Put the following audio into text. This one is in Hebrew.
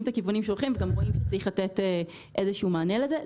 את הכיוונים וגם רואים שיהיה איזשהו מענה לזה.